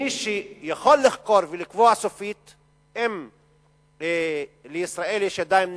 מי שיכול לחקור ולקבוע סופית אם לישראל יש ידיים נקיות,